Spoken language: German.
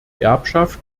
erbschaft